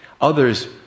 Others